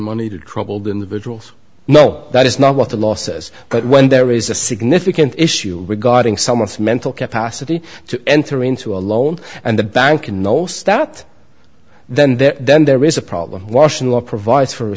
money to troubled individuals no that is not what the law says but when there is a significant issue regarding some with mental capacity to enter into a loan and the bank and knows that then that then there is a problem washing law provides for